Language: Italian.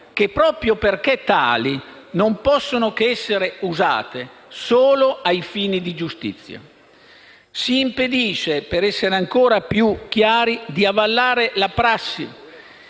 che, proprio perché tali, non possono che essere usate solo ai fini di giustizia. Si impedisce - per essere ancora più chiari - di avallare la prassi,